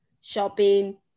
shopping